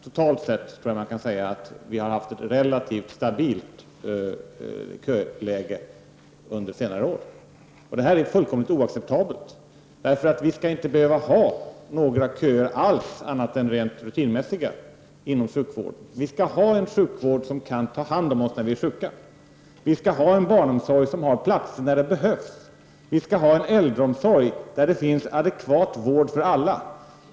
Totalt sett tror jag att man kan säga att vi haft ett relativt stabilt köläge under senare år. Detta är fullkomligt oacceptabelt. Vi skall inte behöva ha några köer alls inom sjukvården annat än rent rutinmässiga. Vi skall ha en sjukvård som kan ta hand om oss när vi är sjuka. Vi skall ha en barnomsorg som har platser när det behövs och en äldreomsorg där det finns adekvat vård för alla.